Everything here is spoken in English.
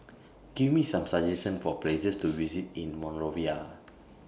Give Me Some suggestions For Places to visit in Monrovia